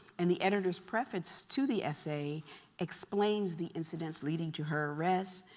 and the editors preface to the essay explains the incidents leading to her arrest,